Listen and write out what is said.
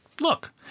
look